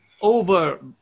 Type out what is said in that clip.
over